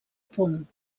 punt